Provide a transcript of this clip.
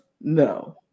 No